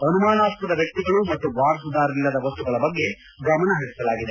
ಅನುಮಾನಾಸ್ವದ ವ್ಯಕ್ತಿಗಳು ಮತ್ತು ವಾರಸುದಾರರಿಲ್ಲದ ವಸ್ತುಗಳ ಬಗ್ಗೆ ಗಮನಹರಿಸಲಾಗಿದೆ